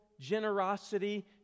generosity